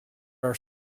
are